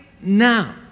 now